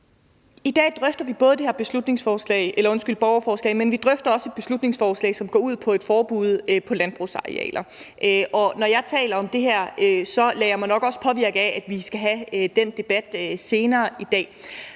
I dag drøfter vi det her borgerforslag, men vi drøfter også et beslutningsforslag, som går ud på et forbud mod glyfosat på landbrugsarealer. Når jeg taler om det her, lader jeg mig nok også påvirke af, at vi skal have den debat senere i dag.